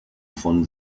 von